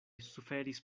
suferis